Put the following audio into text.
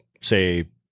say